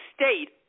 state